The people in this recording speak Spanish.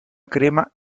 crema